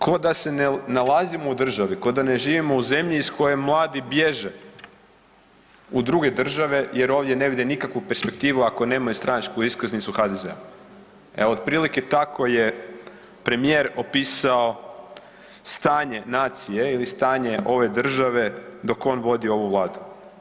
Kao da se ne nalazimo u državi, kao da ne živimo u zemlji iz koje mladi bježe u druge države jer ovdje ne vide nikakvu perspektivu ako nemaju stranačku iskaznicu HDZ-a, evo otprilike tako je premijer opisao stanje nacije ili stanje ove države dok on vodi ovu Vladu.